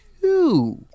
Two